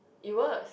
it works